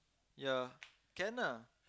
ya can ah